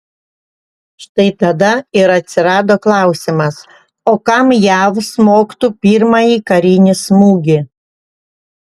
štai tada ir atsirado klausimas o kam jav smogtų pirmąjį karinį smūgį